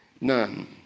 none